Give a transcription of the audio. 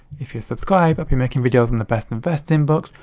if you subscribe i'll be making videos on the best investing books,